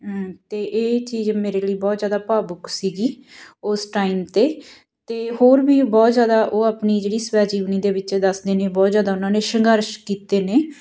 ਅਤੇ ਇਹ ਚੀਜ਼ ਮੇਰੇ ਲਈ ਬਹੁਤ ਜ਼ਿਆਦਾ ਭਾਵੁਕ ਸੀਗੀ ਉਸ ਟਾਈਮ 'ਤੇ ਅਤੇ ਹੋਰ ਵੀ ਬਹੁਤ ਜ਼ਿਆਦਾ ਉਹ ਆਪਣੀ ਜਿਹੜੀ ਸਵੈਜੀਵਨੀ ਦੇ ਵਿੱਚ ਦੱਸਦੇ ਨੇ ਬਹੁਤ ਜ਼ਿਆਦਾ ਉਹਨਾਂ ਨੇ ਸੰਘਰਸ਼ ਕੀਤੇ ਨੇ